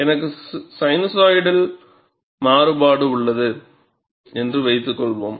எனக்கு சைனூசாய்டல் மாறுபாடு உள்ளது என்று வைத்துக்கொள்வோம்